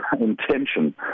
intention